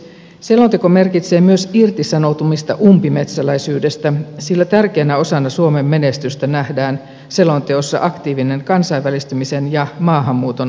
selonteko merkitsee myös irtisanoutumista umpimetsäläisyydestä sillä tärkeänä osana suomen menestystä nähdään selonteossa aktiivinen kansainvälistymisen ja maahanmuuton ohjelma